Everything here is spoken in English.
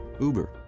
Uber